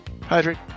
hydrate